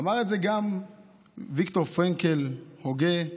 אמר את זה גם ויקטור פרנקל, הוגה,